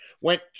went